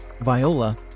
Viola